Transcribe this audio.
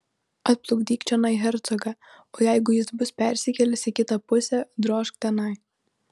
atplukdyk čionai hercogą o jeigu jis bus persikėlęs į kitą pusę drožk tenai